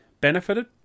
benefited